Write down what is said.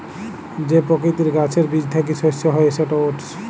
যে পকিতির গাহাচের বীজ থ্যাইকে শস্য হ্যয় সেট ওটস